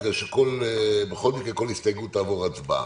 כי בכל מקרה כל הסתייגות תעבור להצבעה.